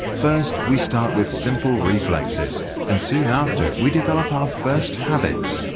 first we start with simple reflexes and soon after we develop our first habits.